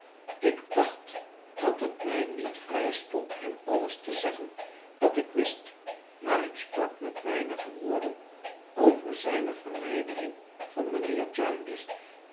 ik dacht dat het mij niet vrij stond hem alles te zeggen wat ik wist maar ik sprak met weinige woorden over zijne verwijdering van mijnheer